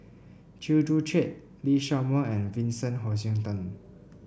Chew Joo Chiat Lee Shao Meng and Vincent Hoisington